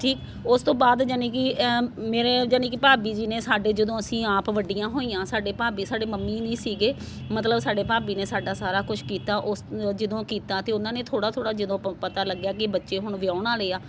ਠੀਕ ਉਸ ਤੋਂ ਬਾਅਦ ਯਾਨੀ ਕਿ ਆਂ ਮੇਰੇ ਯਾਨੀ ਕਿ ਭਾਬੀ ਜੀ ਨੇ ਸਾਡੇ ਜਦੋਂ ਅਸੀਂ ਆਪ ਵੱਡੀਆਂ ਹੋਈਆਂ ਸਾਡੇ ਭਾਬੀ ਸਾਡੇ ਮੰਮੀ ਨਹੀਂ ਸੀਗੇ ਮਤਲਬ ਸਾਡੇ ਭਾਬੀ ਨੇ ਸਾਡਾ ਸਾਰਾ ਕੁਛ ਕੀਤਾ ਉਸ ਜਦੋਂ ਕੀਤਾ ਤਾਂ ਉਹਨਾਂ ਨੇ ਥੋੜ੍ਹਾ ਥੋੜ੍ਹਾ ਜਦੋਂ ਆਪ ਪਤਾ ਲੱਗਿਆ ਕਿ ਬੱਚੇ ਹੁਣ ਵਿਆਹੁਣ ਵਾਲੇ ਆ